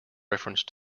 reference